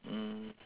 mm